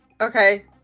okay